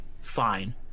Fine